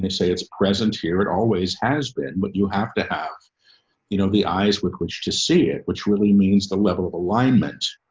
say it's present here. it always has been, but you have to have, you know the eyes with which to see it, which really means the level of alignment,